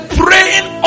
praying